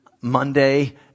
Monday